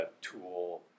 tool